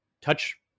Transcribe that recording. touch